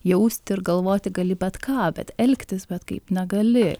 jausti ir galvoti gali bet ką bet elgtis bet kaip negali